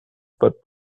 foot